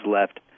left